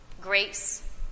grace